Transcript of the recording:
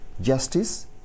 justice